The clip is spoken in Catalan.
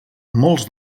molts